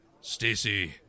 Stacy